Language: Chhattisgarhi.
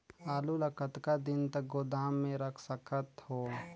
आलू ल कतका दिन तक गोदाम मे रख सकथ हों?